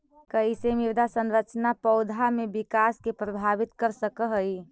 कईसे मृदा संरचना पौधा में विकास के प्रभावित कर सक हई?